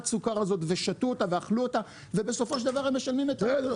הסוכר הזאת ושתו אותה ואכלו אותה ובסופו של דבר הם משלמים את המחיר.